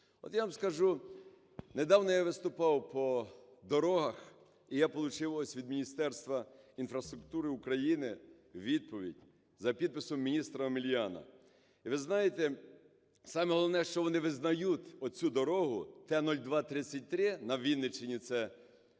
От я вам скажу, недавно я виступав по дорогах, і я получив ось від Міністерства інфраструктури України відповідь за підписом міністра Омеляна. І, ви знаєте, саме головне, що вони визнають оцю дорогу Т 0233, на Вінниччині, це Вапнярка